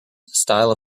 style